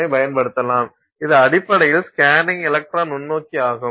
ஐப் பயன்படுத்தலாம் இது அடிப்படையில் ஸ்கேனிங் எலக்ட்ரான் நுண்ணோக்கி ஆகும்